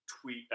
tweet